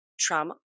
trauma